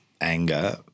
anger